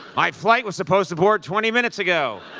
my flight was supposed to board twenty minutes ago.